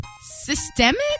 Systemic